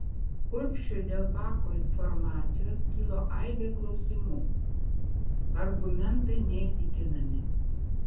urbšiui dėl bako informacijos kilo aibė klausimų argumentai neįtikinami